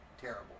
terrible